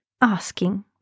asking